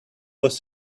was